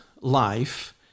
life